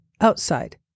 Outside